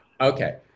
Okay